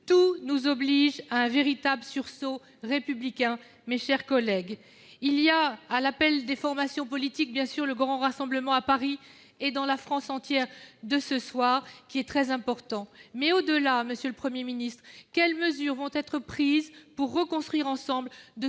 Tout nous oblige à un véritable sursaut républicain, mes chers collègues. À l'appel des formations politiques, le grand rassemblement de ce soir à Paris et dans la France entière est très important. Mais, au-delà, monsieur le Premier ministre, quelles mesures vont être prises pour reconstruire ensemble,